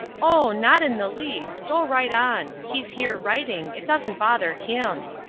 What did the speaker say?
oh, not in the least go right on. he's here writing it doesn't bother him.